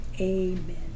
amen